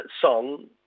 song